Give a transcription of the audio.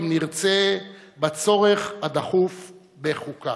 אם נרצה בצורך הדחוף בחוקה.